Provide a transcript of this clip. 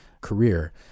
career